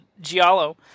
giallo